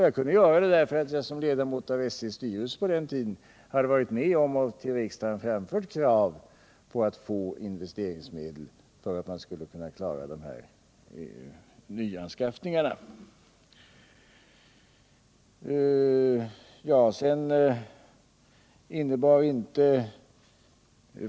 Jag kunde göra det därför att jag som ledamot av SJ:s styrelse på den tiden hade varit med om att till riksdagen framföra krav på att få investeringsmedel, så att man skulle kunna klara nödvändiga nyanskaffningar.